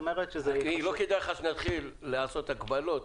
לא כדאי לך שנתחיל לעשות הקבלות